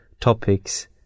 Topics